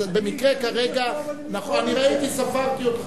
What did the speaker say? במקרה כרגע, אני ראיתי, ספרתי אותך.